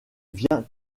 vient